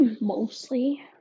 mostly